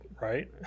right